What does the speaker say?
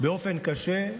באופן קשה.